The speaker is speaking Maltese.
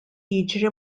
jiġri